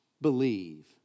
believe